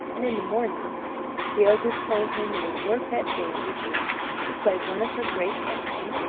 and in the morning the ogress told him that his work that day would be to slay one of her great oxen,